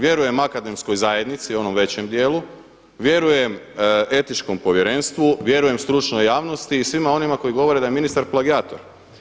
Vjerujem akademskoj zajednici onom većem dijelu, vjerujem Etičkom povjerenstvu, vjerujem stručnoj javnosti i svima onima koji govore da je ministar plagijator.